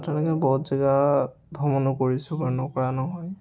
তেনেকৈ বহুত জেগা ভ্ৰমণো কৰিছোঁ বাৰু নকৰা নহয়